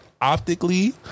Optically